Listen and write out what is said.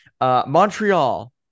Montreal